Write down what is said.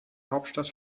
hauptstadt